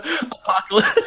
apocalypse